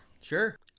Sure